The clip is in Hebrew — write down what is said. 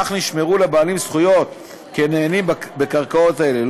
אך נשמרו לבעלים זכויות כנהנים בקרקעות אלה.